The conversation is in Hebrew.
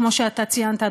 כמו שציינת,